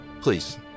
Please